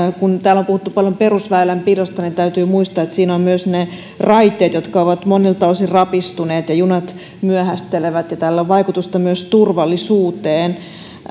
kun täällä on puhuttu paljon perusväylänpidosta niin täytyy muistaa että siinä ovat myös ne raiteet jotka ovat monilta osin rapistuneet ja junat myöhästelevät ja tällä on vaikutusta myös turvallisuuteen